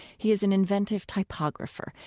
he is an inventive typographer,